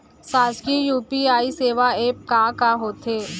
शासकीय यू.पी.आई सेवा एप का का होथे?